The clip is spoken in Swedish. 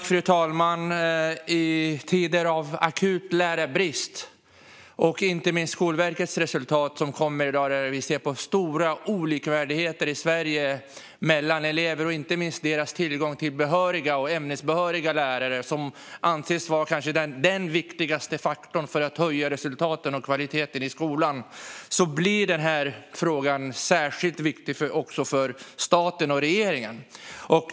Fru talman! I tider av akut lärarbrist och inte minst genom de resultat som kom från Skolverket i dag kan vi i Sverige se stora skillnader i likvärdighet mellan eleverna. Det gäller inte minst deras tillgång till behöriga och ämnesbehöriga lärare. Detta anses vara den viktigaste faktorn för att man ska kunna höja resultaten och kvaliteten i skolan. Därför blir denna fråga särskilt viktig för staten och regeringen.